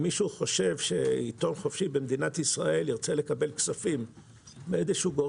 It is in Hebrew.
אם מישהו חושב שעיתון במדינת ישראל ירצה לקבל כספים מגורם